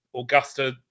Augusta